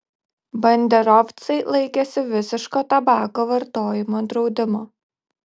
banderovcai laikėsi visiško tabako vartojimo draudimo